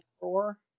Four